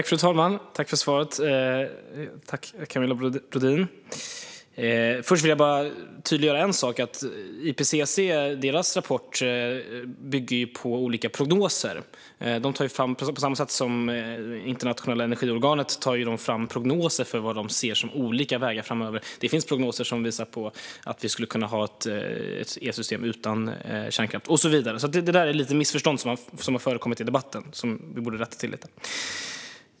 Fru talman! Jag tackar Camilla Brodin för svaret. Låt mig tydliggöra en sak. IPCC:s rapport bygger på olika prognoser. På samma sätt som Internationella energirådet tar de fram prognoser för vad de ser som olika vägar framöver, och det finns prognoser som visar att vi skulle kunna ha ett elsystem utan kärnkraft. Det där med kärnkraften är alltså ett litet missförstånd som har förekommit i debatten och som ni borde rätta till.